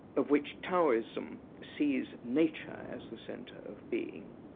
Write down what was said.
of which taoism sees nature as the centre of being,